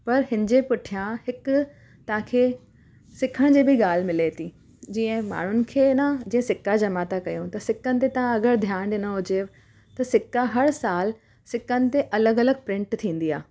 पर हिनजे पुठियां हिकु तव्हांखे सिखण जी बि ॻाल्हि मिले थी जीअं माण्हुनि खे ना जीअं सिक्का जमा त कयूं त सिक्कनि ते तव्हां अगरि ध्यानु ॾिनो हुजे त सिक्का हर साल सिक्कनि ते अलॻि अलॻि प्रिंट थींदी आहे